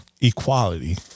Equality